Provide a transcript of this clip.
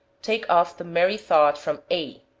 take off the merry-thought from a,